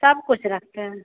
सब कुछ रखते हैं